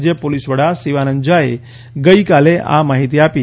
રાજ્ય પોલીસ વડા શિવાનંદ ઝાએ ગઈકાલે આ માહિતી આપી